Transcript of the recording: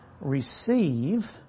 receive